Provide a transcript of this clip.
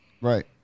right